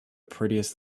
prettiest